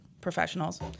professionals